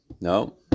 No